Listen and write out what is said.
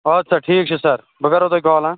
اَدٕ سا ٹھیٖک چھِ سَر بہٕ کَرہو تۄہہِ کال